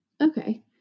Okay